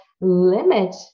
limit